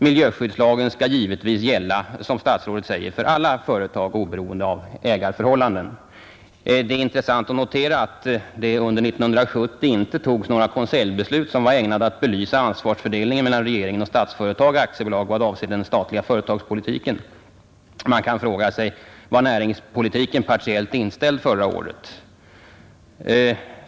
Miljöskyddslagen skall givetvis gälla, som statsrådet säger, för alla företag, oberoende av ägareförhållanden. Det är intressant att notera att det under 1970 inte fattades några konseljbeslut som var ägnade att belysa ansvarsfördelningen mellan regeringen och Statsföretag AB vad avser den statliga företagspolitiken. Man kan fråga sig: Var näringspolitiken partiellt inställd förra året?